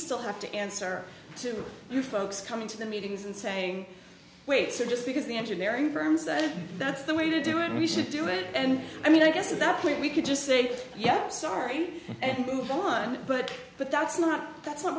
still have to answer to you folks coming to the meetings and saying wait so just because the engineering firms that if that's the way to do it we should do it and i mean i guess at that point we could just say yes sorry and move on but but that's not that's not